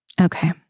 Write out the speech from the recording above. Okay